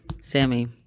Sammy